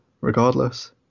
regardless